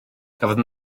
cafodd